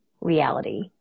reality